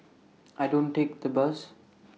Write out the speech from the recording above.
I don't take the bus